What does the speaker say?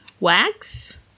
Wax